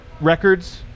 records